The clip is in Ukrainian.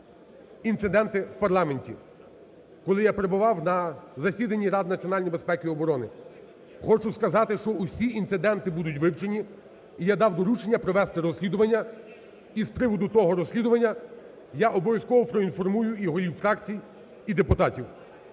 інциденти в парламенті, коли я перебував на засіданні Ради національної безпеки і оборони. Хочу сказати, що усі інциденти будуть вивчені, і я дам доручення провести розслідування, і з приводу того розслідування я обов'язково проінформую і голів фракцій, і депутатів.